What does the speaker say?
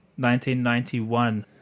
1991